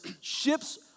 ships